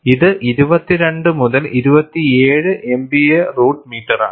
ഇത് 22 മുതൽ 27MPa root മീറ്ററാണ്